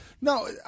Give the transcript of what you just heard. No